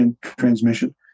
transmission